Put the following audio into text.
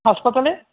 হাসপাতালে